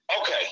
Okay